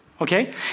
okay